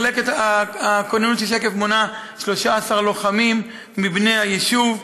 מחלקת הכוננות של שקף מונה 13 לוחמים מבני היישוב,